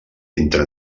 entre